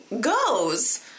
goes